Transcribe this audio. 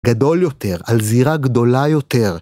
גדול יותר, על זירה גדולה יותר.